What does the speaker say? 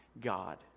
God